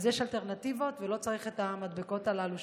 יש אלטרנטיבות ולא צריך את המדבקות הללו,